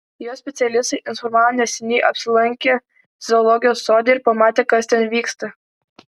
jos specialistai informavo neseniai apsilankę zoologijos sode ir pamatę kas ten vyksta